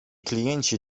klienci